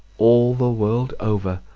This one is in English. all the world over,